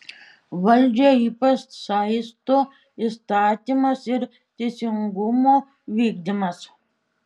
valdžią ypač saisto įstatymas ir teisingumo vykdymas